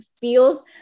feels